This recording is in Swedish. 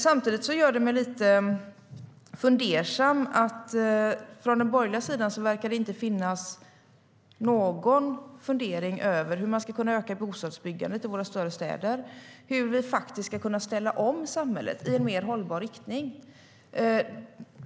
Det gör mig lite fundersam att det från den borgerliga sidan inte verkar finnas någon fundering över hur man ska kunna öka bostadsbyggandet i våra större städer eller hur vi ska kunna ställa om samhället i en mer hållbar riktning.